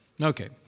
Okay